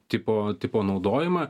tipo tipo naudojimą